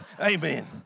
Amen